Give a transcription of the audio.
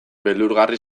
beldurgarri